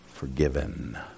forgiven